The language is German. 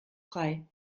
frei